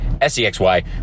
S-E-X-Y